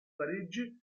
parigi